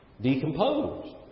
decomposed